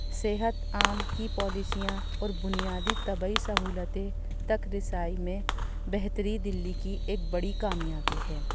صحت عام کی پالیسیاں اور بنیادی طبعی سہولتیں تک رسائی میں بہتری دلی کی ایک بڑی کامیابی ہے